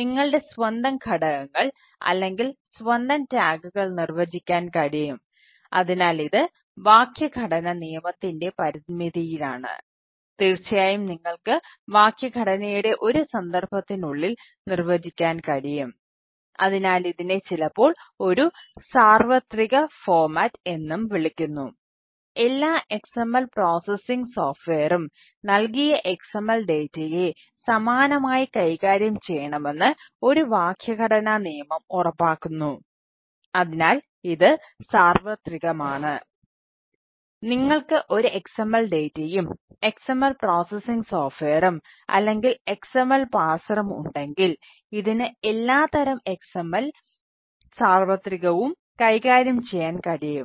നിങ്ങളുടെ സ്വന്തം ഘടകങ്ങൾ അല്ലെങ്കിൽ സ്വന്തം ടാഗുകൾ ഉണ്ടെങ്കിൽ ഇതിന് എല്ലാത്തരം XMLൽ സാർവത്രികവും കൈകാര്യം ചെയ്യാൻ കഴിയും